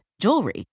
jewelry